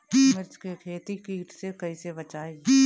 मिर्च के खेती कीट से कइसे बचाई?